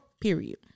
Period